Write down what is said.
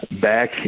back